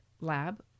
lab